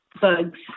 bugs